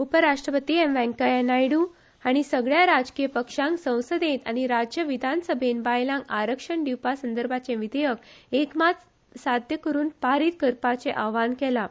उपराष्ट्रपती एम वेंकय्या नायडू हांणी सगल्या राजकी पक्षांक संसदेंत आनी राज्य विधानसभेंत बायलांक आरक्षण दिवपा विशींचे विधेयक एकमत साध्य करून पारीत करपाचें आवाहन केलां